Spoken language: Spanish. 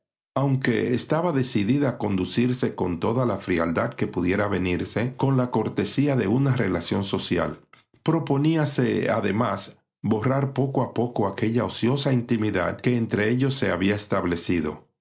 aunque estaba decidida a conducirse con toda la frialdad que pudiera avenirse con la cortesía de una relación social proponíase además borrar poco a poco aquella ociosa intimidad que entre ellos se había establecido